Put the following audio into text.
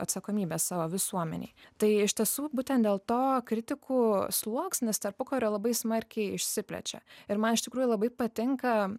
atsakomybė savo visuomenei tai iš tiesų būtent dėl to kritikų sluoksnis tarpukario labai smarkiai išsiplečia ir man iš tikrųjų labai patinka